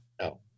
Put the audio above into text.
No